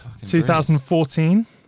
2014